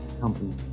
company